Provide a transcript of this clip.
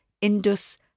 Indus